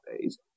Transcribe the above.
days